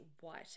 white